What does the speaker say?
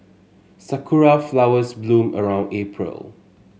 sakura flowers bloom around April